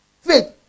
Faith